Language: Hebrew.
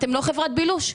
אתם לא חברת בילוש.